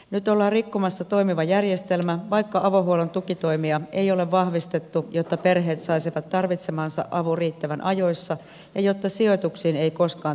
nyt ollaan rikkomassa toimiva järjestelmä vaikka avohuollon tukitoimia ei ole vahvistettu niin että perheet saisivat tarvitsemansa avun riittävän ajoissa ja että sijoituksiin ei koskaan tarvitsisi mennä